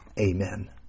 Amen